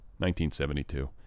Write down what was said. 1972